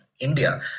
India